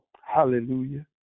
Hallelujah